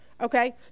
okay